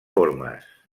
formes